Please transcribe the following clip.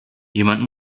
jemand